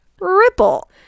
ripple